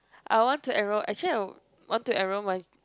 I want to enroll actually I would want to enroll my